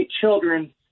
children